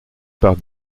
part